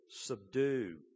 subdue